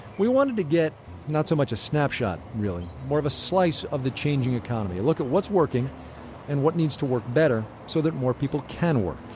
we wanted to go not so much a snapshot, really more of a slice of the changing economy, a look at what's working and what needs to work better so that more people can work